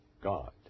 God